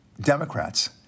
Democrats